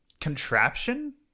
contraption